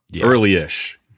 Early-ish